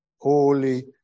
Holy